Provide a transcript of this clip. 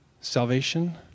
salvation